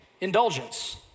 indulgence